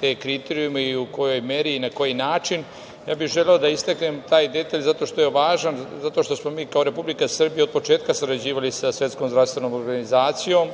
te kriterijume i u kojoj meri i na koji način. Ja bih želeo da istaknem taj detalj zato što je važan, zato što smo mi kao Republika Srbija od početka sarađivali sa Svetskom zdravstvenom organizacijom.